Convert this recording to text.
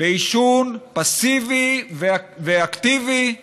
מעישון פסיבי ואקטיבי.